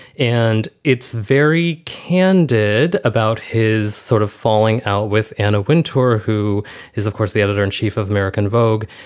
and it's very candid about his sort of falling out with anna wintour, who is, of course, the editor in chief of american vogue,